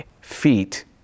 feet